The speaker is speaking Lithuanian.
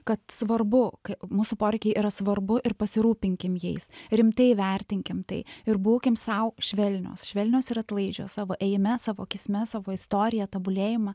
kad svarbu kai mūsų poreikiai yra svarbu ir pasirūpinkim jais rimtai įvertinkim tai ir būkim sau švelnios švelnios ir atlaidžios savo ėjime savo kisme savo istoriją tobulėjimą